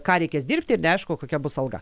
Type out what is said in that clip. ką reikės dirbti ir neaišku kokia bus alga